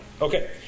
Okay